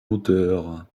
moteur